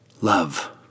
Love